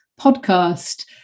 podcast